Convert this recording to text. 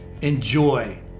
enjoy